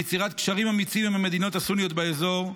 וליצירת קשרים אמיצים עם המדינות הסוניות באזור.